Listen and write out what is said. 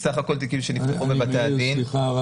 סליחה.